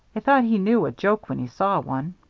i thought he knew a joke when he saw one.